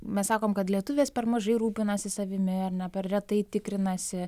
mes sakom kad lietuvės per mažai rūpinasi savimi ar ne per retai tikrinasi